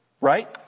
Right